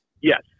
Yes